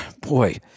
boy